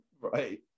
right